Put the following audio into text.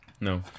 No